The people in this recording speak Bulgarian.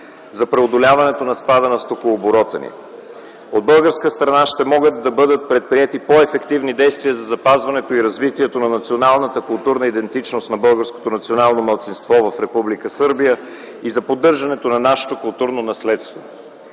за преодоляването на спада на стокооборота ни. От българска страна ще могат да бъдат предприети по-ефективни действия за запазването и развитието на националната културна идентичност на българското национално малцинство в Република Сърбия и за поддържането на нашето културно наследство.